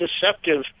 deceptive